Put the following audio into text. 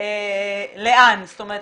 זאת אומרת,